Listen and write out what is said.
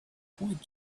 point